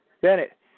Bennett